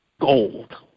gold